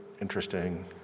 interesting